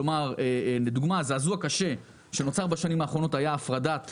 כלומר לדוגמה זעזוע קשה שנוצר בשנים האחרונות היה הפרדת